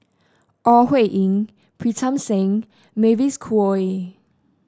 Ore Huiying Pritam Singh Mavis Khoo Oei